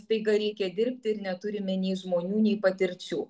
staiga reikia dirbt ir neturime nei žmonių nei patirčių